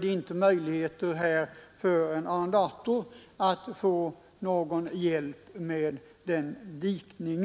det inte möjligheter för en arrendator att få någon hjälp till denna täckdikning.